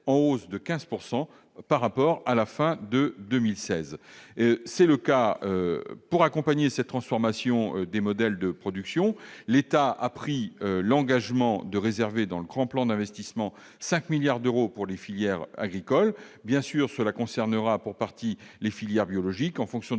hausse de 15 % par rapport à la fin de l'année 2016. Pour accompagner cette transformation des modèles de production, l'État a pris l'engagement de réserver dans le Grand Plan d'investissement 5 milliards d'euros pour les filières agricoles. Bien sûr, cela concernera pour partie les filières biologiques, en fonction des